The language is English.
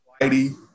Whitey